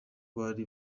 bari